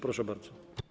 Proszę bardzo.